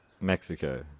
Mexico